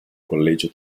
collegio